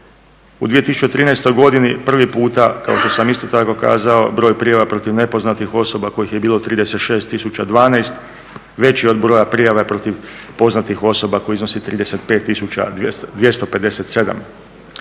u 2013. godini prvi puta kao što sam isto tako kazao broj prijava protiv nepoznatih osoba kojih je bilo 36 012 veći od broja prijava protiv poznatih osoba koji iznosi 35 257.